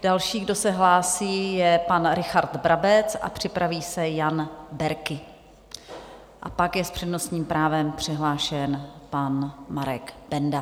Další, kdo se hlásí, je pan Richard Brabec, připraví se Jan Berki a pak je s přednostním právem přihlášen pan Marek Benda.